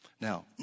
Now